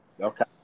Okay